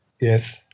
yes